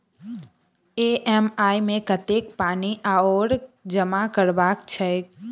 EMI मे कतेक पानि आओर जमा करबाक छैक?